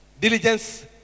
Diligence